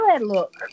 look